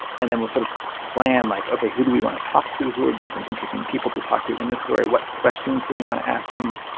and then we'll sort of plan like okay, who do we want to talk to? who would be some interesting people to talk to in the story? what questions do we want to ask them?